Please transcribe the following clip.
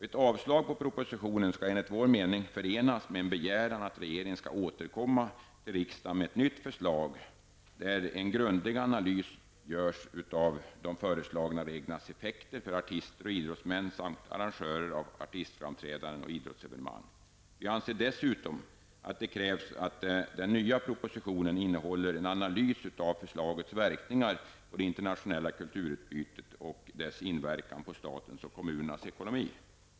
Ett avslag på propositionen skall enligt vår mening förenas med en begäran att regeringen skall återkomma till riksdagen med ett nytt förslag, där en grundlig analys görs av de föreslagna reglernas effekter för artister och idrottsmän samt arrangörer av artistframträdanden och idrottsevenemang. Vi anser dessutom att det krävs att den nya propositionen innehåller en analys av förslagets verkningar på det internationella kulturutbytet och dess inverkan på statens och kommunernas ekonomi.